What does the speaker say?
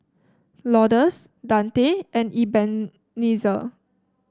Lourdes Dante and Ebenezer